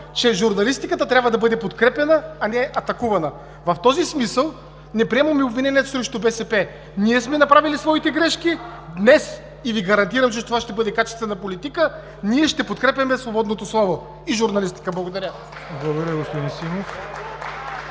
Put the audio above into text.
че журналистиката трябва да бъде подкрепяна, а не атакувана. В този смисъл не приемаме обвинения срещу БСП. Направили сме своите грешки. Днес, и Ви гарантирам, че това ще бъде качествена политика, ние ще подкрепяме свободното слово и журналистика. Благодаря.